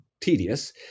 tedious